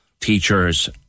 teachers